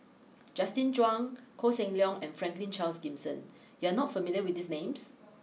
Justin Zhuang Koh Seng Leong and Franklin Charles Gimson you are not familiar with these names